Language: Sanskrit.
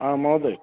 महोदय